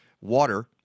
water